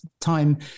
time